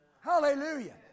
Hallelujah